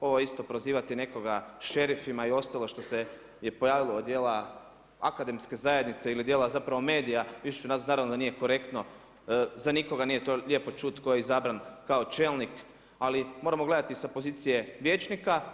Naravno, ovo isto prozivati nekoga šerifima i ostalo što se je pojavilo od djela akademske zajednice ili djela zapravo medija, naravno da nije korektno, za nikoga to nije lijepo čuti tko je izabran kao čelnik ali moramo gledati sa pozicije vijećnika.